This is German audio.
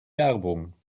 werbung